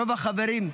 רוב החברים,